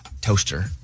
toaster